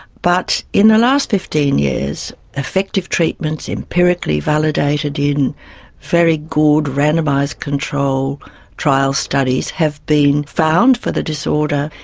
but in the last fifteen years, effective treatments, empirically validated in very good randomised control trial studies, have been found for the disorder.